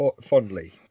fondly